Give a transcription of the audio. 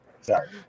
Sorry